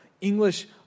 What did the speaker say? English